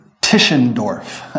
Tischendorf